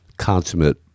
consummate